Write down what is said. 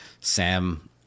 Sam